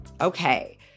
Okay